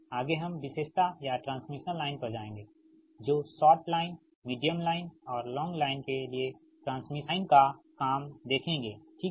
आगे हम विशेषता या ट्रांसमिशन लाइन पर जाएंगे जो शॉर्ट लाइन मीडियम लाइन और लॉन्ग लाइन के लिए ट्रांसमिशन लाइन का काम देखेंगे ठीक है